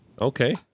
Okay